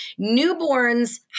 Newborns